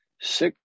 six